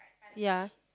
ya